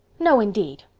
no, indeed,